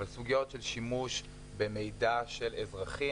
אבל סוגיות של שימוש במידע של אזרחים